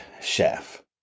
chef